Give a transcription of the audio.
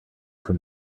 from